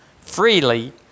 freely